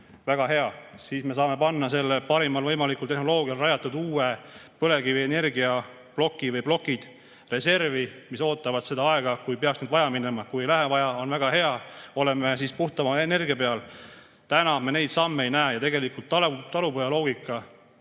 väga hea! Siis me saame panna selle parimal võimalikul tehnoloogial rajatud uue põlevkivienergiaploki või -plokid reservi, mis ootaksid aega, kui peaks neid vaja minema. Kui ei lähe vaja, on väga hea – oleme siis puhtama energia peal. Täna me neid samme ei näe. Talupojaloogika